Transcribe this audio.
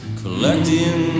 collecting